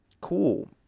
Cool